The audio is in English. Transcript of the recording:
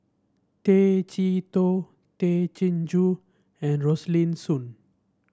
Tay Chee Toh Tay Chin Joo and Rosaline Soon